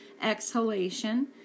exhalation